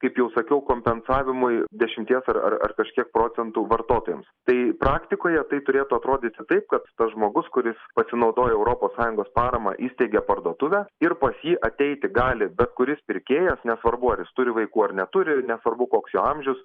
kaip jau sakiau kompensavimui dešimties ar ar ar kažkiek procentų vartotojams tai praktikoje tai turėtų atrodyti taip kad tas žmogus kuris pasinaudojo europos sąjungos parama įsteigė parduotuvę ir pas jį ateiti gali bet kuris pirkėjas nesvarbu ar jis turi vaikų ar neturi nesvarbu koks jo amžius